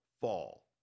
fall